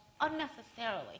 unnecessarily